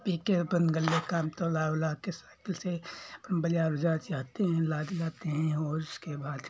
पीके अपन गल्ले का काम तौला ऊला सब इसे बाजार जाते हैं लाद लाते हैं और उसके बाद